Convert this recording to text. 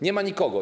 Nie ma nikogo.